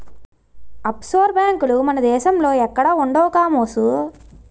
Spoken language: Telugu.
అప్షోర్ బేంకులు మన దేశంలో ఎక్కడా ఉండవు కామోసు